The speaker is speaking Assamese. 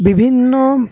বিভিন্ন